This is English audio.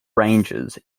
ranges